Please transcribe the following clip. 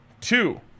two